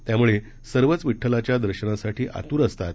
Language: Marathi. त्यामुळे सर्वच विड्ठलाच्या दर्शनासाठी आतुर असतात